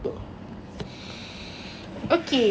okay so um